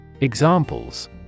Examples